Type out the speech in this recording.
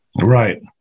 Right